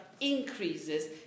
increases